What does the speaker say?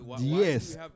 yes